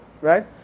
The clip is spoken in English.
right